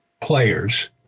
players